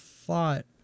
thought